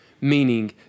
meaning